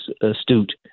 astute